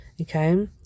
okay